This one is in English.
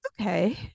okay